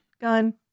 gun